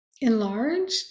Enlarged